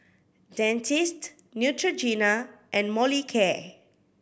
Dentiste Neutrogena and Molicare